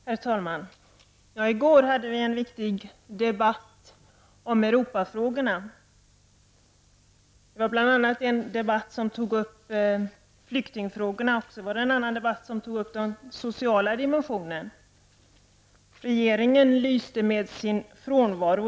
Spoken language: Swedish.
Herr talman! I gårdagens viktiga debatt diskuterades Europafrågorna. I en diskussion togs flyktingfrågorna upp och i en annan den sociala dimensionen. Regeringen lyste med sin frånvaro.